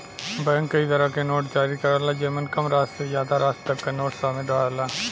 bank कई तरे क नोट जारी करला जेमन कम राशि से जादा राशि तक क नोट शामिल रहला